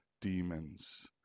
demons